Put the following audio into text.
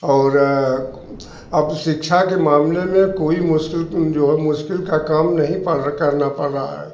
और अब अब शिक्षा के मामले में कोई मुश्किल तो जो है मुश्किल का काम नहीं पड़ करना पड़ रहा है